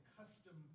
custom